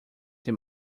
than